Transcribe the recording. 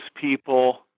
people